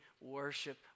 worship